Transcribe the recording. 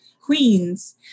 Queens